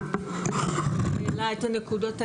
העלה את הנקודות העקרוניות.